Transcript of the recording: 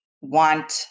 want